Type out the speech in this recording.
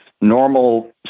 normal